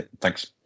thanks